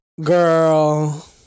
Girl